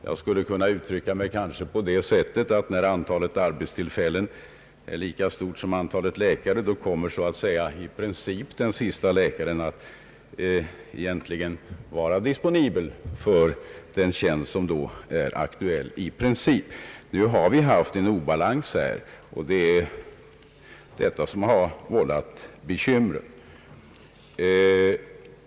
Jag skulle kanske kunna uttrycka det så, att när antalet arbetstillfällen är lika stort som antalet läkare, då kommer i princip den siste läkaren att vara disponibel för den tjänst som då är aktuell. Nu har vi en obalans, och detta vållar bekymmer.